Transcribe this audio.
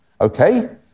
okay